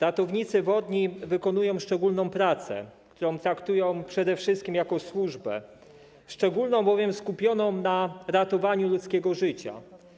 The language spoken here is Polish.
Ratownicy wodni wykonują wyjątkową pracę, którą traktują przede wszystkim jako służbę szczególną, bowiem skupioną na ratowaniu ludzkiego życia.